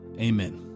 amen